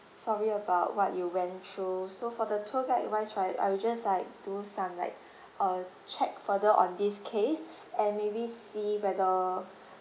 sorry about what you went through so for the tour guide wise right I would just like do some like err check further on this case and maybe see whether